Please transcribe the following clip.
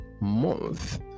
month